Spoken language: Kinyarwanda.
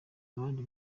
abandi